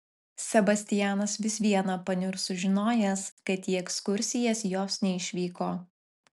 sebastianas vis viena paniurs sužinojęs kad į ekskursijas jos neišvyko